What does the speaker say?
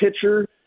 pitcher